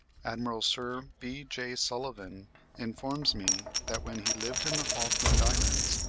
admiral sir b j. sulivan informs me that, when he lived in the falkland islands,